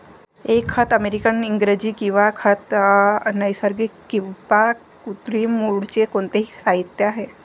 एक खत अमेरिकन इंग्रजी किंवा खत नैसर्गिक किंवा कृत्रिम मूळचे कोणतेही साहित्य आहे